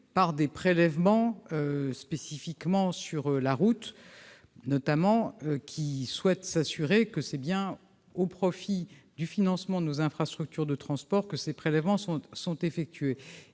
par des prélèvements spécifiques au transport routier et qui souhaitent s'assurer que c'est bien au profit du financement de nos infrastructures de transport que ces prélèvements sont effectués.